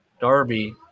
Darby